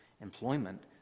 employment